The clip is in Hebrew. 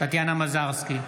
טטיאנה מזרסקי,